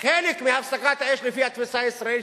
חלק מהפסקת האש לפי התפיסה הישראלית